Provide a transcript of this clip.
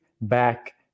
back